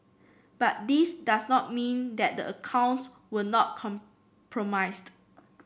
but this does not mean that the accounts were not compromised